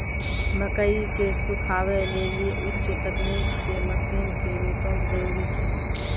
मकई के सुखावे लेली उच्च तकनीक के मसीन के नितांत जरूरी छैय?